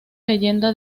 leyenda